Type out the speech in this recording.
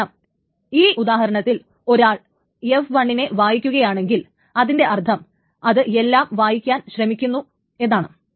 കാരണം ഈ ഉദാഹരണത്തിൽ ഒരാൾ f1 നെ വായിക്കുകയാണെങ്കിൽ അതിൻറെ അർത്ഥം അത് എല്ലാം വായിക്കാൻ ശ്രമിക്കുന്നു എന്നാണ്